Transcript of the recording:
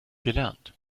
gelernt